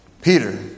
Peter